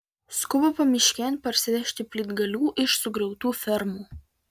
skuba pamiškėn parsivežti plytgalių iš sugriautų fermų